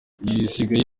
igisigaye